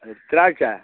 அது திராட்சை